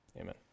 amen